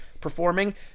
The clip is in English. performing